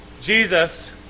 Jesus